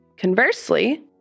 Conversely